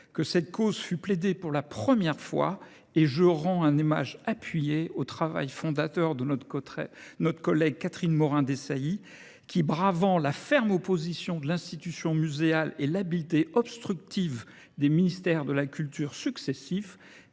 que cette cause fut plaidée pour la première fois et je rends un image appuyé au travail fondateur de notre collègue Catherine Morin d'Esaïe qui, bravant la ferme opposition de l'institution muséale et l'habileté obstructive des ministères de la culture successif,